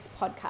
podcast